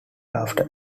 after